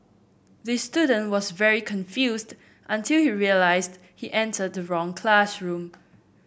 the student was very confused until he realised he entered the wrong classroom